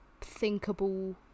thinkable